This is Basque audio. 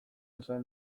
esan